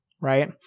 right